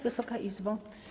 Wysoka Izbo!